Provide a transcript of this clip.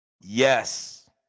yes